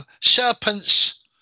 serpents